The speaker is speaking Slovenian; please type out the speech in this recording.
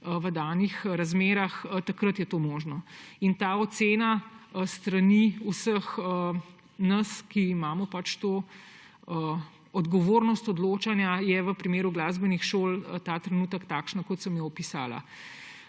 v danih razmerah, takrat je to možno. In ta ocena s strani vseh nas, ki imamo to odgovornost odločanja, je v primeru glasbenih šol ta trenutek takšna, kot sem jo opisala.